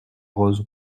roses